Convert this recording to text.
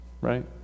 Right